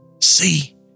See